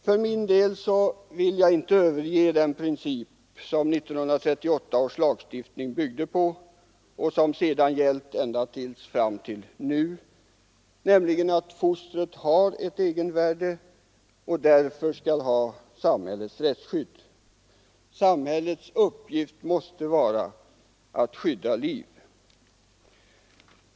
För min del vill jag inte överge den princip som 1938 års lagstiftning byggde på och som sedan gällt ända fram till nu, nämligen att fostret har ett egenvärde och därför skall ha samhällets rättsskydd. Samhällets uppgift måste vara att skydda liv.